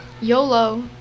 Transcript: yolo